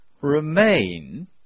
remain